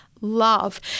love